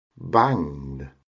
banged